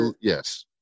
yes